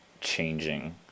changing